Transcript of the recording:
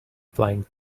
flying